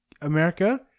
America